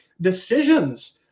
decisions